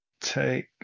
take